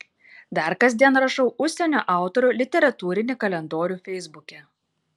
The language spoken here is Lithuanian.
dar kasdien rašau užsienio autorių literatūrinį kalendorių feisbuke